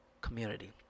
community